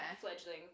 fledgling